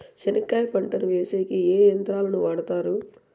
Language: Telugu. చెనక్కాయ పంటను వేసేకి ఏ యంత్రాలు ను వాడుతారు?